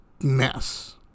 mess